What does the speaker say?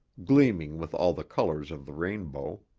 gleaming with all the colors of the rainbow.